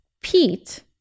Pete